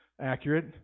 accurate